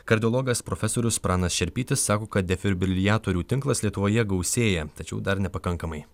kardiologas profesorius pranas šerpytis sako kad defibriliatorių tinklas lietuvoje gausėja tačiau dar nepakankamai